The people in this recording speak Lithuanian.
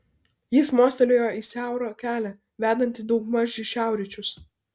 jis mostelėjo į siaurą kelią vedantį daugmaž į šiaurryčius